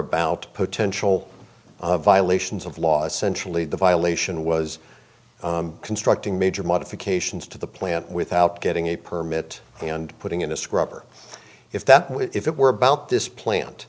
about potential violations of law essentially the violation was constructing major modifications to the plant without getting a permit and putting in a scrubber if that if it were about this plant